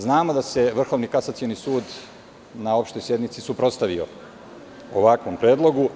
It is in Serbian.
Znamo da se Vrhovni kasacioni sud na opštoj sednici suprotstavio ovakvom predlogu.